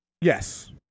Yes